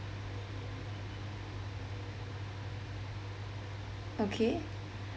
okay